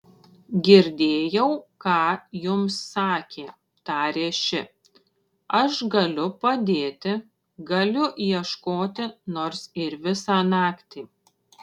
girdėjau ką jums sakė tarė ši aš galiu padėti galiu ieškoti nors ir visą naktį